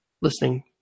listening